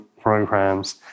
programs